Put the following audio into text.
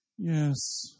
Yes